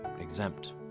exempt